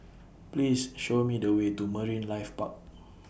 Please Show Me The Way to Marine Life Park